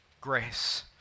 grace